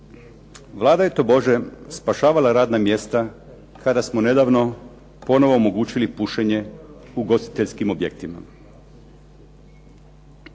Vlada je tobože spašavala radna mjesta kada smo nedavno ponovo omogućili pušenje u ugostiteljskim objektima.